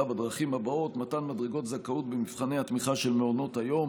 בדרכים הבאות: מתן מדרגות זכאות במבחני התמיכה של מעונות היום,